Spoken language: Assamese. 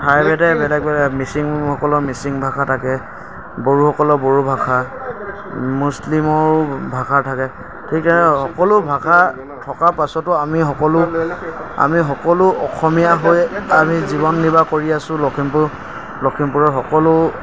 ঠাই ভেদে বেলেগ বেলেগ মিচিংসকলৰ মিচিং ভাষা থাকে বড়োসকলৰ বড়ো ভাষা মুছলিমৰো ভাষা থাকে ঠিক আৰু সকলো ভাষা থকাৰ পাছতো আমি সকলো আমি সকলো অসমীয়া হৈ আমি জীৱন নিৰ্বাহ কৰি আছো লখিমপুৰ লখিমপুৰৰ সকলো